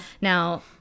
Now